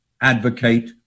advocate